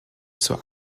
zur